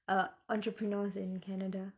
uh entrepreneurs in canada